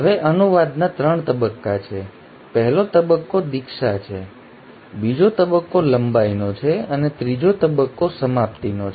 હવે અનુવાદના ત્રણ તબક્કા છે પહેલો તબક્કો દીક્ષા છે બીજો તબક્કો લંબાઈનો છે અને ત્રીજો તબક્કો સમાપ્તિનો છે